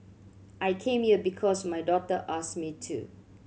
I came here because my daughter asked me to